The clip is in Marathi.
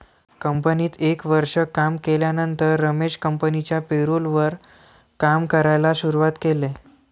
कंपनीत एक वर्ष काम केल्यानंतर रमेश कंपनिच्या पेरोल वर काम करायला शुरुवात केले